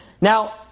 Now